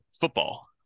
football